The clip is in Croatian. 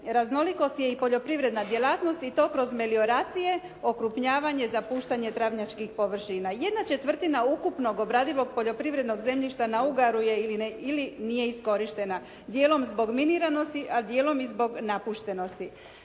raznolikosti je i poljoprivredna djelatnost i to kroz melioracije, okrupnjavanje, zapuštanje travnjačkih površina. Jedna četvrtina ukupnog obradivog poljoprivrednog zemljišta na ugaru je ili nije iskorištena. Dijelom zbog miniranosti a dijelom i zbog napuštenosti.